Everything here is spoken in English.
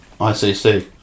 ICC